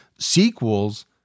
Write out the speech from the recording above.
sequels